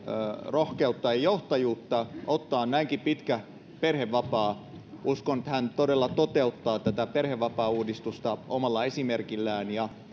rohkeutta ja johtajuutta ottaa näinkin pitkä perhevapaa uskon että hän todella toteuttaa perhevapaauudistusta omalla esimerkillään